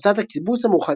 הוצאת הקיבוץ המאוחד,